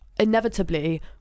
inevitably